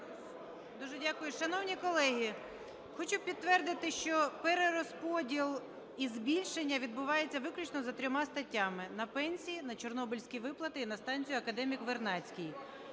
Дуже дякую. Шановні колеги! Хочу підтвердити, що перерозподіл і збільшення відбувається виключно за трьома статтями: на пенсії, на чорнобильські виплати і на станцію "Академік Вернадський".